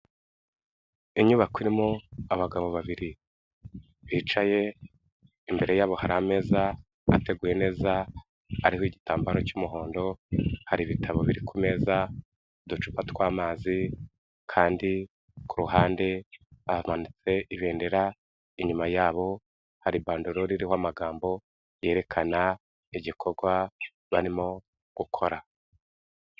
Inyubako irimo abagabo babiri bicaye imbere yabo hari ameza ateguye neza hariho igitambaro cy'umuhondo, hari ibitabo biri ku meza, uducupa twamazi kandi ku ruhande bamanitse ibendera, inyuma yabo hari bandarori iriho amagambo yerekana igikorwa barimo gukora.